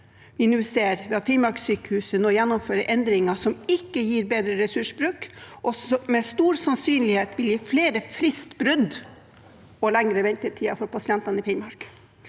vi ser når Finnmarkssykehuset nå gjennomfører endringer som ikke gir bedre ressursbruk, men som med stor sannsynlighet vil gi flere fristbrudd og lengre ventetider for pasientene i Finnmark.